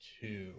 two